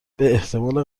باحتمال